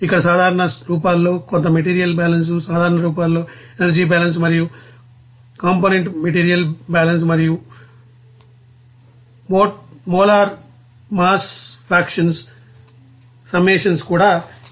ఇక్కడ సాధారణ రూపాల్లో కొంత మెటీరియల్ బ్యాలెన్స్ సాధారణ రూపాల్లో ఎనర్జీ బాలన్స్ మరియు కాంపోనెంట్ మెటీరియల్ బ్యాలెన్స్ మరియు మోలార్ మాస్ ఫ్రాక్షన్స్ సమ్మషన్ కూడా ఇవ్వబడుతుంది